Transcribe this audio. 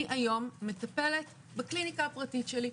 אני היום מטפלת בקליניקה הפרטית שלי,